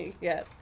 Yes